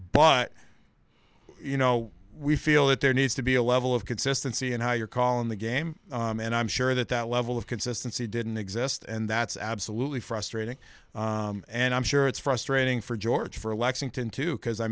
but you know we feel that there needs to be a level of consistency in how you're call in the game and i'm sure that that level of consistency didn't exist and that's absolutely frustrating and i'm sure it's frustrating for georgia for lexington too because i